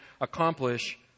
accomplish